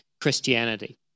Christianity